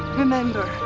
remember,